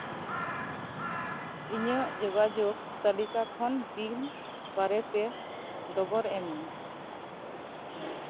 ᱤᱧᱟᱹᱜ ᱡᱳᱜᱟᱡᱳᱜᱽ ᱛᱟᱹᱞᱤᱠᱟ ᱠᱷᱚᱱ ᱵᱤᱱ ᱵᱟᱨᱮᱛᱮ ᱰᱚᱜᱚᱨ ᱮᱢ ᱢᱮ